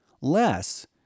less